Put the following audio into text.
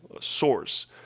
source